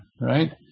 right